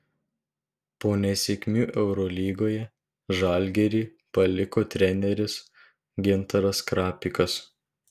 po nesėkmių eurolygoje žalgirį paliko treneris gintaras krapikas